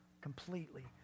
completely